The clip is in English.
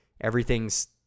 Everything's